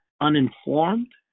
uninformed